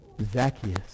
Zacchaeus